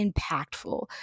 impactful